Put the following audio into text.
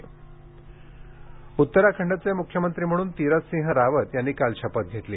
तिरथसिंग रावत उत्तराखंडचे मुख्यमंत्री म्हणून तीरथ सिंह रावत यांनी काल शपथ घेतली